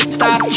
Stop